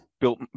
built